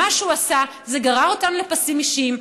מה שהוא עשה זה גרר אותנו לפסים אישיים,